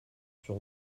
sur